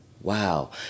Wow